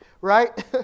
right